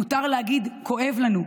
מותר להגיד: כואב לנו.